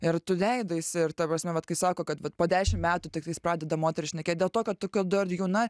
ir tu leidaisi ir ta prasme vat kai sako kad vat po dešim metų tiktais pradeda moteris šnekėt dėl to kad tokio dar jauna